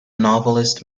novelist